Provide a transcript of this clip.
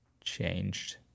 changed